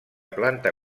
planta